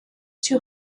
two